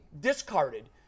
discarded